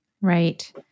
Right